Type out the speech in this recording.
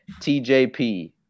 TJP